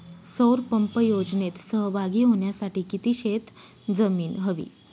सौर पंप योजनेत सहभागी होण्यासाठी किती शेत जमीन हवी?